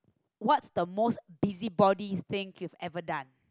what's the most busybody thing you've ever done